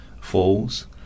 falls